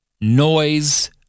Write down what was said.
noise